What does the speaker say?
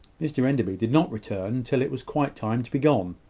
mr enderby did not return till it was quite time to be gone.